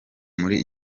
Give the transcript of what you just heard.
muri